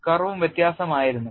കർവും വ്യത്യസ്തമായിരുന്നു